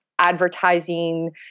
advertising